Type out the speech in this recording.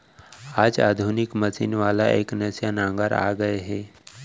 आज आधुनिक मसीन वाला एकनसिया नांगर आ गए हे